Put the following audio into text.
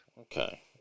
Okay